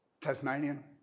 Tasmanian